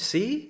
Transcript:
See